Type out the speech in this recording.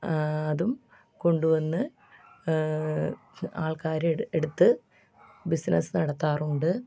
അതും കൊണ്ട് വന്ന് ആൾക്കാർ എടുത്ത് ബിസിനസ്സ് നടത്താറുണ്ട്